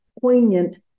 poignant